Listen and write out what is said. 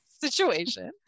situation